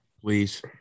Please